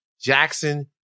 Jackson